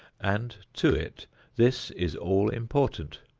and to it this is all important.